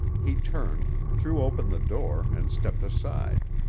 he turned, threw open the door, and stepped aside.